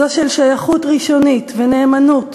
זו של שייכות ראשונית ונאמנות,